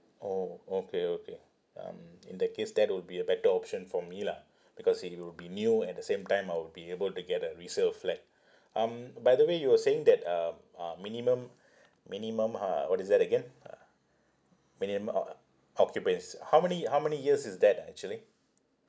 orh okay okay um in that case that would be a better option for me lah because it will be new at the same time I would be able to get a resale flat um by the way you were saying that uh uh minimum minimum uh what is that again uh minim~ uh uh occupants how many how many years is that ah actually